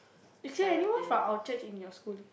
actually anyone from our church in your school